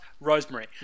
rosemary